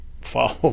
follow